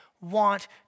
want